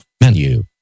Menu